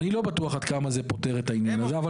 אני לא בטוח עד כמה זה פותר את העניין הזה.